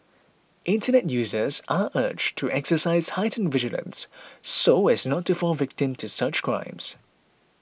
internet users are urged to exercise heightened vigilance so as not to fall victim to such crimes